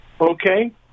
Okay